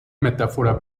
metáfora